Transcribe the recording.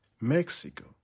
Mexico